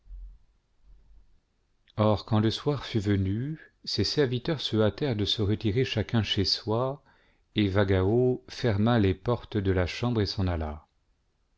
or quand le soir fut venu ses serviteurs se hâtèrent de se retirer chacun chez soi et vagao ferma les portes de la chambre et s'en alla